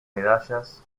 medallas